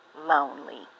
lonely